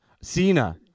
Cena